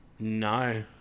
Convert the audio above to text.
No